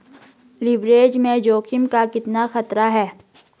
Leverage में जोखिम का कितना खतरा है?